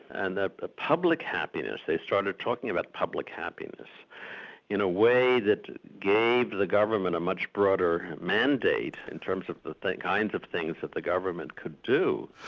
and public happiness. they started talking about public happiness in a way that gave the government a much broader mandate, in terms of the the kinds of things that the government could do.